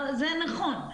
זה נכון.